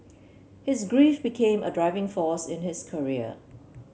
his grief became a driving force in his career